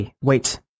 wait